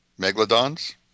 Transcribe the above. Megalodons